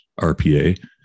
RPA